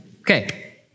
Okay